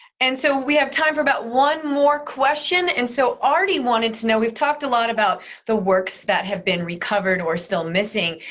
and so we have time for about one more question. and so artie wanted to know, we talked a lot about the works that had been recovered or still missing,